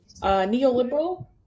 Neoliberal